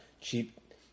cheap